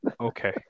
Okay